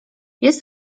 jest